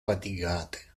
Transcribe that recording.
fatigate